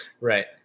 Right